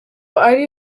ari